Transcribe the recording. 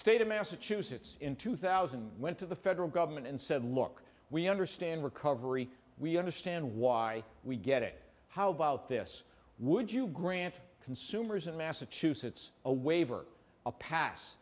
state of massachusetts in two thousand went to the federal government and said look we understand recovery we understand why we get it how about this would you grant consumers in massachusetts a waiver a pass